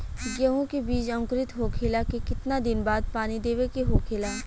गेहूँ के बिज अंकुरित होखेला के कितना दिन बाद पानी देवे के होखेला?